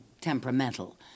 temperamental